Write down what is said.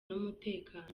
n’umutekano